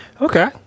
Okay